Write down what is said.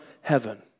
heaven